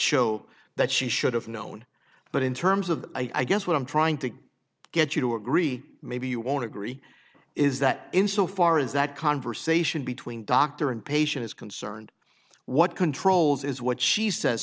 show that she should have known but in terms of i guess what i'm trying to get you to agree maybe you won't agree is that in so far as that conversation between doctor and patient is concerned what controls is what she says